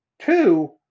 two